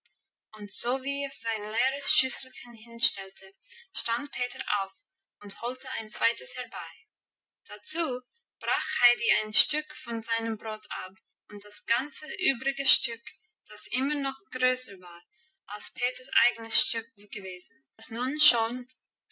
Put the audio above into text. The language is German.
und sowie es sein leeres schüsselchen hinstellte stand peter auf und holte ein zweites herbei dazu brach heidi ein stück von seinem brot ab und das ganze übrige stück das immer noch größer war als peters eigenes stück gewesen das nun schon